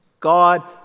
God